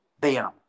bam